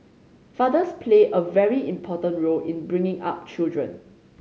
fathers play a very important role in bringing up children